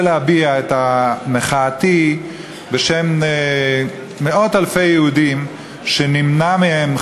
להביע את מחאתי בשם מאות-אלפי יהודים שנמנע מהם,